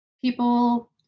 People